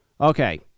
Okay